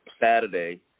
Saturday